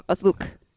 look